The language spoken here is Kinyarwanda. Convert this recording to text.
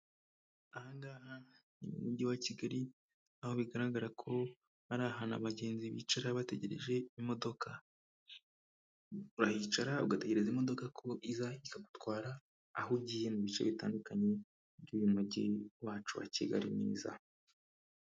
Aha ngaha ni mu mujyi wa Kigali aho bigaragara ko ari ahantu abagenzi bicara bategereje imodoka. Urahicara ugategereza imodoka ko iza ikagutwara aho ugiye mu bice bitandukanye by'uyu mujyi wacu wa Kigali mwiza.